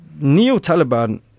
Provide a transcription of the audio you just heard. neo-Taliban